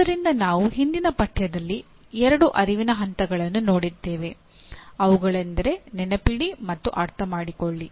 ಆದ್ದರಿಂದ ನಾವು ಹಿಂದಿನ ಪಠ್ಯದಲ್ಲಿ ಎರಡು ಅರಿವಿನ ಹಂತಗಳನ್ನು ನೋಡಿದ್ದೇವೆ ಅವುಗಳೆಂದರೆ ನೆನಪಿಡಿ ಮತ್ತು ಅರ್ಥಮಾಡಿಕೊಳ್ಳಿ